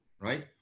right